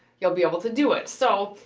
you'll be able to do it. so,